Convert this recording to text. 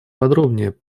подробнее